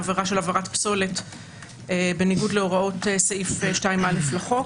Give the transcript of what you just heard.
עבירה של הבערת פסולת בניגוד להוראות סעיף 2א לחוק.